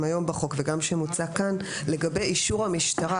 בחוק וגם זה שמוצע כאן לגבי אישור המשטרה,